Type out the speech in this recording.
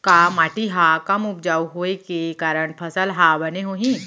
का माटी हा कम उपजाऊ होये के कारण फसल हा बने होही?